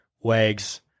wags